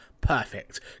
Perfect